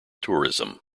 tourism